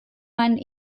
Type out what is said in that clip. mein